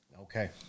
okay